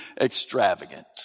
extravagant